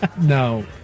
no